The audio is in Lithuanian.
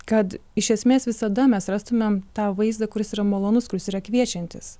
kad iš esmės visada mes rastumėm tą vaizdą kuris yra malonus kuris yra kviečiantis